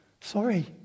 Sorry